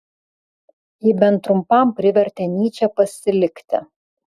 ji bent trumpam privertė nyčę pasilikti